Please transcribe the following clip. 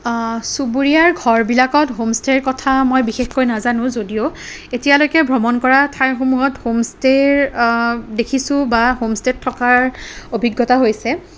চুবুৰীয়াৰ ঘৰবিলাকত হোমষ্টেৰ কথা মই বিশেষকৈ নাজানোঁ যদিও এতিয়ালৈকে ভ্ৰমণ কৰা ঠাইসমূহত হোমষ্টেৰ দেখিছোঁ বা হোমষ্টেত থকাৰ অভিজ্ঞতা হৈছে